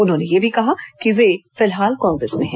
उन्होंने यह भी कहा कि वे फिलहाल कांग्रेस में हैं